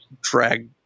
Drag